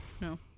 No